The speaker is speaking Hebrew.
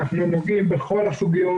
ונוגעים בכל הסוגיות.